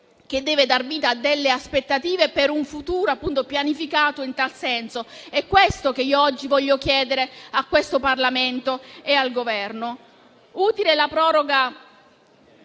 che deve dar vita a delle aspettative per un futuro pianificato in tal senso. È questo che io oggi voglio chiedere al Parlamento e al Governo. Utile è la proroga